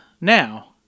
now